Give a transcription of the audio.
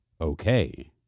Okay